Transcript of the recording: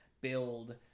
build